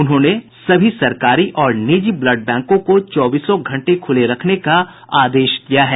उन्होंने सभी सरकारी और निजी ब्लड बैंकों को चौबीसों घंटे खुले रखने का आदेश दिया है